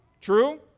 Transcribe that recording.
True